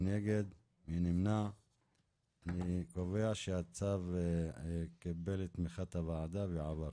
אני קובע שהצו קיבל את תמיכת הוועדה ועבר.